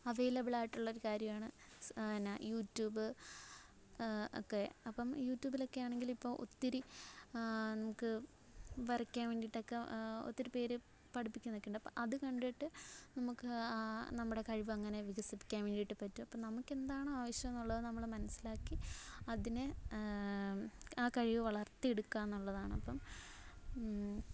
അവൈലബിളായിട്ടുള്ളൊരു കാര്യവാണ് എന്ന യൂറ്റൂബ് ഒക്കെ അപ്പം യൂറ്റൂബിലക്കെയാണെങ്കിലിപ്പോൾ ഒത്തിരി നമുക്ക് വരയ്ക്കാൻ വേണ്ടീട്ടക്ക ഒത്തിരിപ്പേർ പഠിപ്പിക്കുന്നൊക്കെയുണ്ട് അപ്പം അത് കണ്ടിട്ട് നമുക്ക് നമ്മുടെ കഴിവങ്ങനെ വികസിപ്പിക്കാൻ വേണ്ടീട്ട് പറ്റും അപ്പോൾ നമുക്കെന്താണൊ ആവശ്യമെന്നുള്ളത് നമ്മൾ മനസ്സിലാക്കി അതിന് ആ കഴിവ് വളർത്തിയെടുക്കുകാന്നുള്ളതാണ് അപ്പം